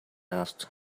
asked